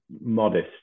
modest